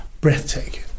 breathtaking